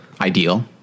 ideal